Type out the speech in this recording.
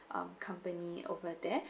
um company cover there